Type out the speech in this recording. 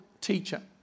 teacher